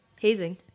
hazing